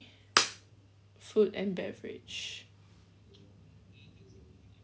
food and beverage